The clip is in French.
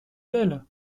belle